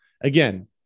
again